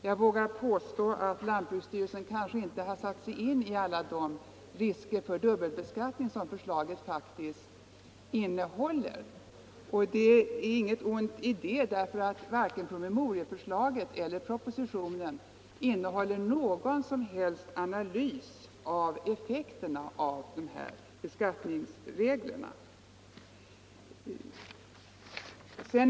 Jag vågar påstå att lantbruksstyrelsen inte har satt sig in i alla de risker för dubbelbeskattning som förslaget faktiskt innebär. Det är heller ingenting att säga om, ty varken promemorieförslaget eller propositionen innehåller någon som helst analys av beskattningsreglernas effekt.